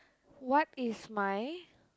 what is my